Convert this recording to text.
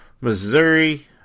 Missouri